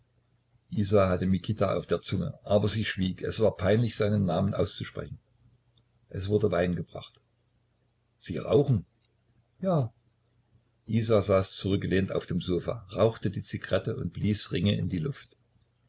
isa hatte mikita auf der zunge aber sie schwieg es war peinlich seinen namen auszusprechen es wurde wein gebracht sie rauchen ja isa saß zurückgelehnt auf dem sofa rauchte die zigarette und blies ringe in die luft